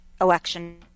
election